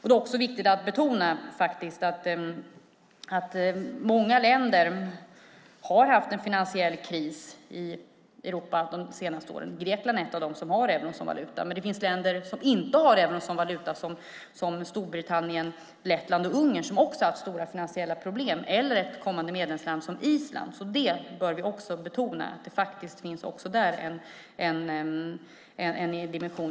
Det är också viktigt att betona att många länder i Europa har haft en finansiell kris de senaste åren. Grekland är ett av de länder som har euron som valuta. Men det finns länder som inte har euron som valuta, som Storbritannien, Lettland och Ungern, som också har haft stora finansiella problem. Det gäller också ett kommande medlemsland som Island. Vi bör betona att det även där finns en dimension.